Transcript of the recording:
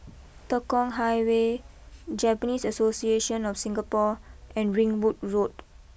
Tekong Highway Japanese Association of Singapore and Ringwood Road